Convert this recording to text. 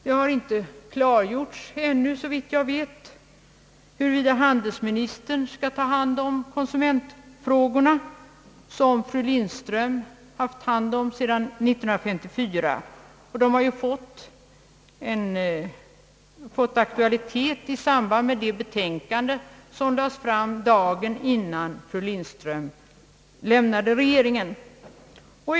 Det har ännu inte såvitt jag vet klargjorts huruvida handelsministern skall ta hand om konsumentfrågorna, vilka fru Lindström handlagt sedan år 1954 och vilka fått aktualitet i samband med det betänkande som framlades dagen innan fru Lindström lämnade regeringen.